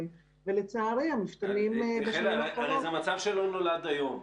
יחיאלה, זה מצב שלא נולד היום.